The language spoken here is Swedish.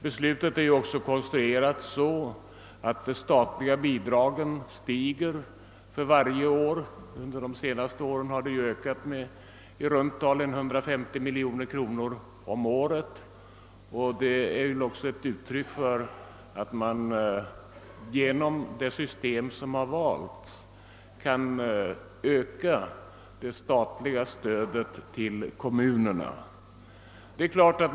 Beslutet är ju också konstruerat så, att de statliga bidragen stiger för varje år. Under de senaste åren har dessa bidrag ökat med i runt tal 150 miljoner kronor om året, och det är väl också ett uttryck för att man genom det system som har valts kan öka det statliga stödet till kommunerna.